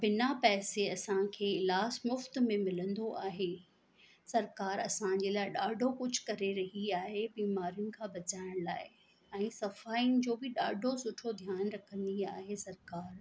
बिना पैसे असांखे इलाजु मुफ़्ति में मिलंदो आहे सरकार असांजे लाइ ॾाढो कुझु करे रही आहे बीमारुनि खां बचाइण लाइ ऐं सफ़ाइनि जो बि ॾाढो सुठो ध्यानु रखंदी आहे सरकार